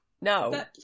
No